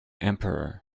emperor